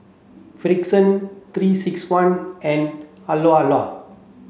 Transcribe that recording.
Frixion three six one and